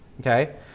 okay